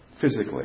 Physically